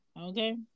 okay